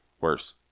Worse